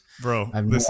Bro